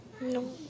No